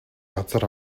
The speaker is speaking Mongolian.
газар